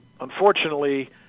unfortunately